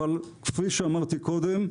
אבל כפי שאמרתי קודם,